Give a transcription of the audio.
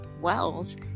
wells